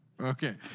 Okay